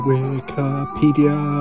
Wikipedia